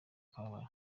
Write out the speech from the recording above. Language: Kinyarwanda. kababaro